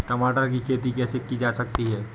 टमाटर की खेती कैसे की जा सकती है?